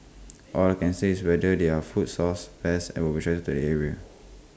all I can say is whether there are food sources pests would attracted to the area